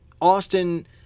Austin